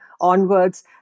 onwards